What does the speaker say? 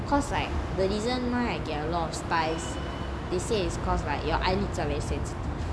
cause like the reason why I get a lot of stys they say is cause like your eyelids are very sensitive